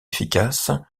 efficace